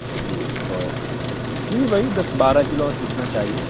جی تو جی وہی دس بارہ کلو اور کتنا چاہیے